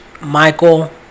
Michael